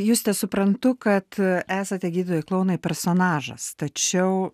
juste suprantu kad esate gydytojai klounai personažas tačiau